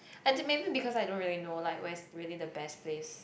and it maybe because I don't really know like where's really the best place